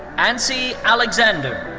ancy alexander.